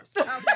Okay